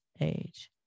age